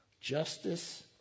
Justice